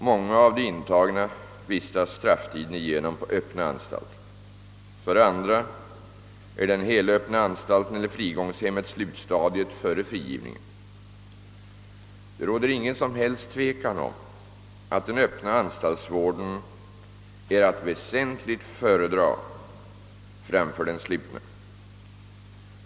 Många av de intagna vistas strafftiden igenom på öppna anstalter. För andra är den helöppna anstalten eller frigångshemmet slutstadiet före frigivningen. Det råder ingen som helst tvekan om att den öppna anstaltsvården är att väsentligt föredra framför den slutna.